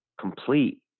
complete